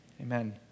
Amen